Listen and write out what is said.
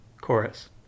Chorus